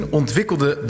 ontwikkelde